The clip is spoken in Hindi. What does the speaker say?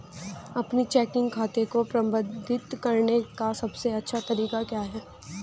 अपने चेकिंग खाते को प्रबंधित करने का सबसे अच्छा तरीका क्या है?